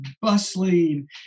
bustling